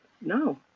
no